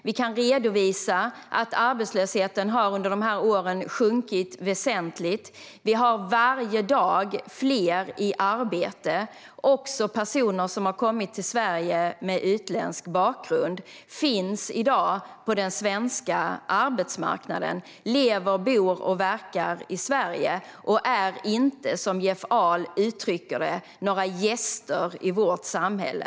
Vi kan redovisa att arbetslösheten under dessa år har sjunkit väsentligt. Vi har varje dag fler i arbete. Också personer med utländsk bakgrund som har kommit till Sverige finns i dag på den svenska arbetsmarknaden. De lever, bor och verkar i Sverige och är inte, som Jeff Ahl uttrycker det, några gäster i vårt samhälle.